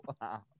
wow